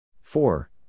four